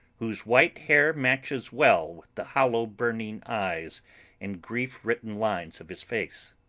whose white hair matches well with the hollow burning eyes and grief-written lines of his face.